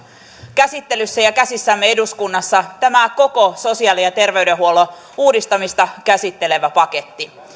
käsittelyssä ja käsissämme eduskunnassa tämä koko sosiaali ja terveydenhuollon uudistamista käsittelevä paketti